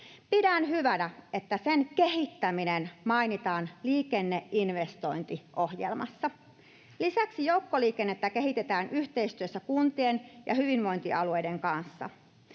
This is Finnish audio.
Pidän hyvänä, että sen kehittäminen mainitaan liikenneinvestointiohjelmassa. Lisäksi joukkoliikennettä kehitetään yhteistyössä kuntien ja hyvinvointialueiden kanssa.